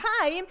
time